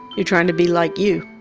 you're trying to be like you.